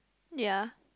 ya